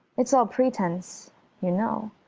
it's all pretence you know.